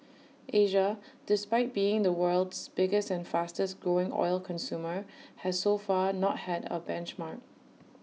Asia despite being the world's biggest and fastest growing oil consumer has so far not had A benchmark